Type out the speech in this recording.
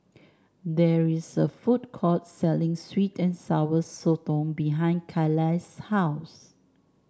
there is a food court selling sweet and Sour Sotong behind Carlyle's house